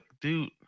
dude